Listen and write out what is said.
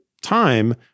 time